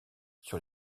sur